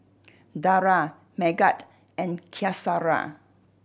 Dara Megat and Qaisara